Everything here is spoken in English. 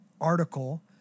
article